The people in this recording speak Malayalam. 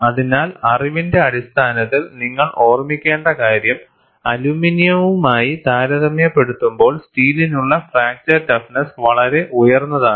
അതിനാൽ അറിവിന്റെ അടിസ്ഥാനത്തിൽ നിങ്ങൾ ഓർമ്മിക്കേണ്ട കാര്യം അലുമിനിയവുമായി താരതമ്യപ്പെടുത്തുമ്പോൾ സ്റ്റീലിനുള്ള ഫ്രാക്ചർ ടഫ്നെസ്സ് വളരെ ഉയർന്നതാണ്